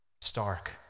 Stark